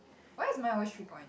why is mine always three point